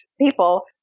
people